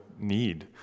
need